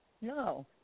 No